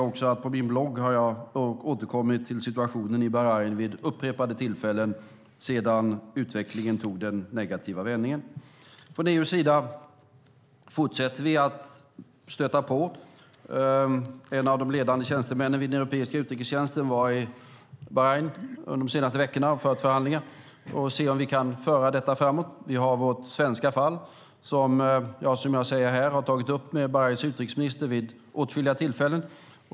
Också på min blogg har jag återkommit till situationen i Bahrain vid upprepade tillfällen sedan utvecklingen tog den negativa vändningen. Från EU:s sida fortsätter vi att stöta på. En av de ledande tjänstemännen vid Europeiska utrikestjänsten har varit i Bahrain de senaste veckorna för att förhandla och se om vi kan föra detta framåt. Vi har vårt svenska fall som jag har tagit upp med Bahrains utrikesminister vid åtskilliga tillfällen.